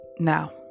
Now